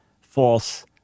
false